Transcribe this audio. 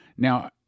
Now